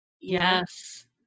Yes